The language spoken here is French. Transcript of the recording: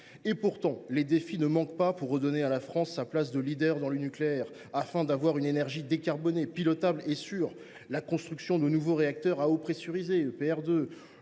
Pourtant, les défis ne manquent pas pour redonner à la France sa place de leader dans le nucléaire, afin d’avoir une énergie décarbonée, pilotable et sûre, tels que la construction de nouveaux réacteurs à eau pressurisée, les EPR2,